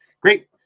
Great